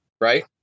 right